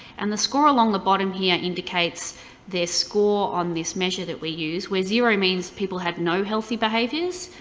and the score along the bottom here indicates their score on this measure that we used, where zero means people have no healthy behaviors,